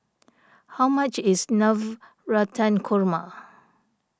how much is Navratan Korma